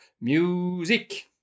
music